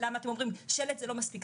למה אתם אומרים שלט זה לא מספיק,